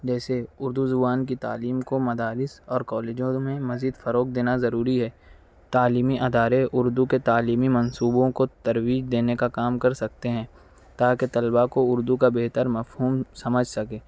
جیسے اُردو زبان کی تعلیم کو مدارس اور کالجوں میں مزید فروغ دینا ضروری ہے تعلیمی ادارے اُردو کے تعلیمی منصوبوں کو تجویز دینے کا کام کر سکتے ہیں تاکہ طلباء کو اُردو کا بہتر مفہوم سمجھ سکے